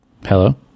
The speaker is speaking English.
Hello